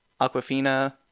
Aquafina